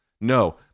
no